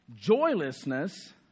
Joylessness